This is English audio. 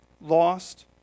lost